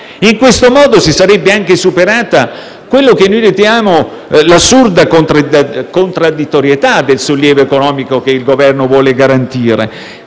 In questo modo si sarebbe anche superata quella che noi riteniamo l'assurda contraddittorietà del sollievo economico che il Governo vuole garantire,